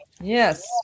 Yes